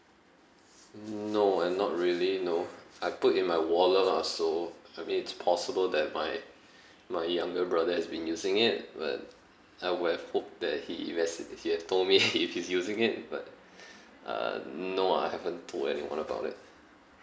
no uh not really no I put in my wallet lah so I mean it's possible that my my younger brother has been using it but I would have hoped that he told me if he's using it but uh no ah I haven't told anyone about it